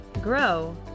grow